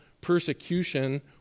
persecution